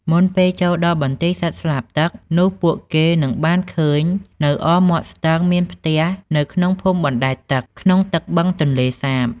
មុនពេលចូលដល់បន្ទាយសត្វស្លាបទឹកនោះពួកគេនឹងបានឃើញ នៅអមមាត់ស្ទឹងមានផ្ទះនៅក្នុងភូមិបណ្ដែតទឹក ក្នុងទឹកបឹងទន្លេសាប។